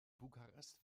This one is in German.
bukarest